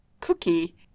cookie